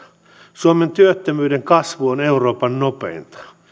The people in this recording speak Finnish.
suomen työttömyyden kasvu on euroopan nopeinta